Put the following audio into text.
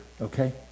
okay